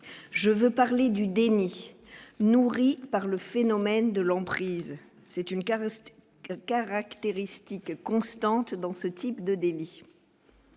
je veux parler du déni, nourrie par le phénomène de l'emprise c'est une carrure caractéristique constante dans ce type de délit.